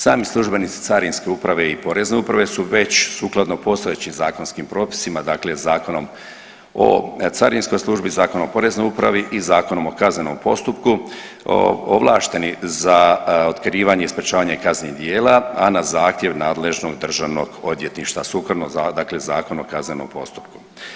Sami službenici Carinske uprave i Porezne uprave su već sukladno postojećim zakonskim propisima, dakle Zakonom o Carinskoj službi, Zakonom o Poreznoj upravi i Zakonom o kaznenom postupku ovlašteni za otkrivanje i sprječavanje kaznenih djela, a na zahtjev nadležnog Državnog odvjetništva sukladno, dakle Zakonu o kaznenom postupku.